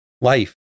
life